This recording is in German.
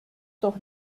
doch